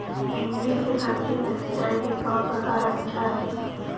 भिंडी के सब्जी मे सिचाई के कौन प्रकार अच्छा रही?